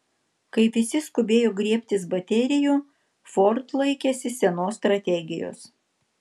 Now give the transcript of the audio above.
kai visi skubėjo griebtis baterijų ford laikėsi senos strategijos